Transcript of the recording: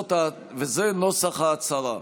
וזה נוסח ההצהרה: